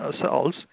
cells